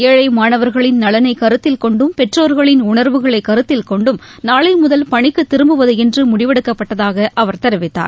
ஏழை மாணவர்களின் நலனை கருத்தில்கொண்டும் பெற்றோர்களின் உணர்வுகளை கருத்தில் கொண்டும் நாளை முதல் பணிக்கு திரும்புவது என்று முடிவெடுக்கப்பட்டதாக அவர் தெரிவித்தார்